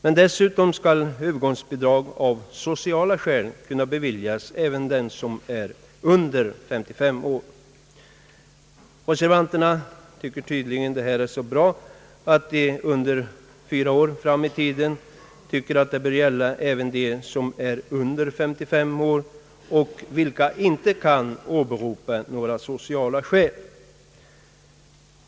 Men dessutom skall övergångsbidrag av sociala skäl kunna beviljas även den som är under 55 år. Reservanterna tycker detta förslag är så bra att det under fyra år fram i tiden bör gälla även för dem som är under 55 år och inte kan åberopa sociala skäl.